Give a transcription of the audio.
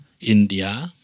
India